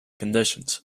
conditions